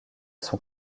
son